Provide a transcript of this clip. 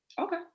Okay